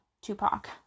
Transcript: Tupac